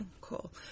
cool